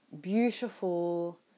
beautiful